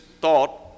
thought